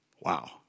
Wow